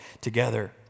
together